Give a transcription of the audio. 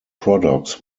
products